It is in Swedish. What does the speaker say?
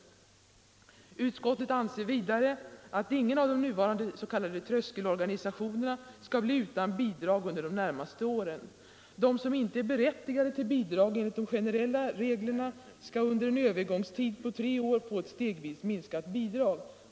Vidare anser utskottet att ingen av de nuvarande s.k. tröskelorganisationerna skall bli utan bidrag under de närmaste åren. De som inte är berättigade till bidrag enligt de generella reglerna skall under en övergångstid på tre år få ett stegvis minskat bidrag.